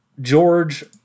George